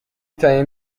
ترین